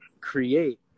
create